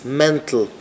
mental